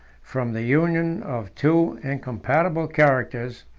from the union of two incompatible characters,